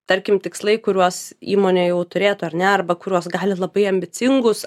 tarkim tikslai kuriuos įmonė jau turėtų ar ne arba kuriuos gali labai ambicingus